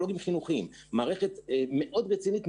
שזאת מערכת מאוד רצינית,